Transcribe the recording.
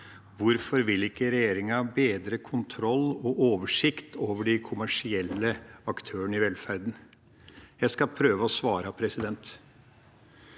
Hvorfor vil ikke regjeringa bedre kontrollen og oversikten over de kommersielle aktørene i velferden? Jeg skal prøve å svare.